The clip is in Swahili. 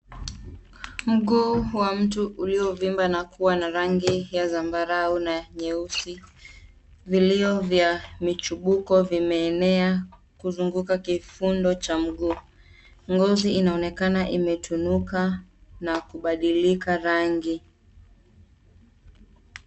Mguu wa mtu uliovimba na kuwa na rangi ya zambarau na nyeusi. Vilio vya michubuko vimeenea kuzunguka kifundo cha mguu. Ngozi inaonekana imetunuka na kubadilika rangi.